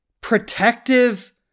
protective